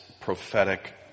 prophetic